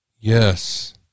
yes